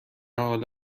حال